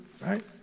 right